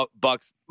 Bucks